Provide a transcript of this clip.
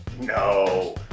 No